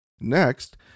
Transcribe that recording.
Next